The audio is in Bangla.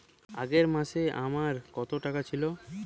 আগের মাসে আমার কত টাকা ছিল?